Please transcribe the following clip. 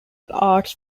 arts